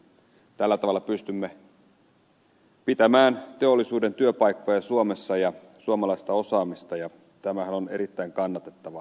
tällä tavalla pystymme pitämään teollisuuden työpaikkoja suomessa ja suomalaista osaamista ja tämähän on erittäin kannatettavaa